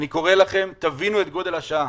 אני קורא לכם להבין את גודל השעה.